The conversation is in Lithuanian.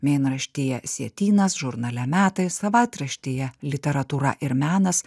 mėnraštyje sietynas žurnale metai savaitraštyje literatūra ir menas